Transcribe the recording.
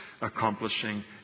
accomplishing